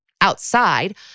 outside